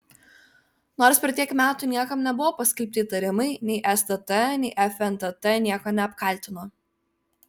nors per tiek metų niekam nebuvo paskelbti įtarimai nei stt nei fntt nieko neapkaltino